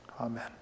amen